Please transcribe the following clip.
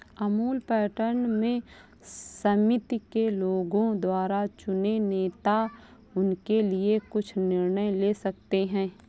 Amul pattern में समिति के लोगों द्वारा चुने नेता उनके लिए कुछ निर्णय ले सकते हैं